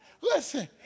Listen